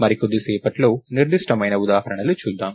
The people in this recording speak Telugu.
మరికొద్ది సేపట్లో నిర్దిష్టమైన ఉదాహరణలు చూద్దాం